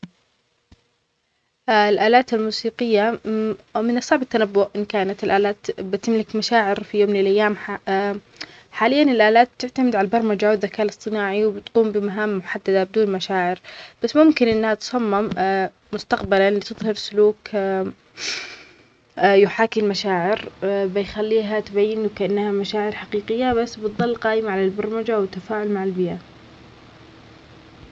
الآلات قد تطوّر في المستقبل لتصبح أكثر ذكاءً، لكن من الصعب أن تمتلك مشاعر حقيقية مثل الإنسان. المشاعر ترتبط بالتجارب الشخصية والتفاعل مع العالم، بينما الآلات تعتمد على البرمجة والبيانات. يمكن أن تحاكي المشاعر، لكن تظل تفتقر إلى الوعي والعمق العاطفي اللي يمتلكه الإنسان.